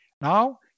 Now